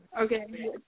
Okay